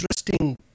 interesting